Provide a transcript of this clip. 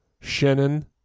Shannon